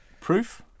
proof